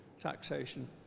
taxation